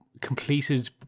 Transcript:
completed